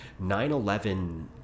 9-11